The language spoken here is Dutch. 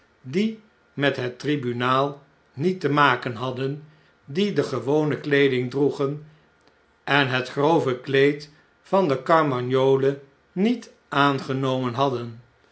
die met het tribunaal niet te maken hadden die de gewone kleeding droegen en het grove kleed van de carmagnole niet aangenomen hadden